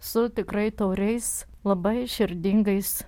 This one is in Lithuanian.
su tikrai tauriais labai širdingais